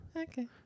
Okay